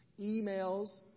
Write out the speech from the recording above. emails